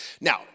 Now